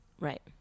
right